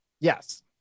Yes